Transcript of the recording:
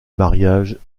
mariages